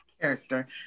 Character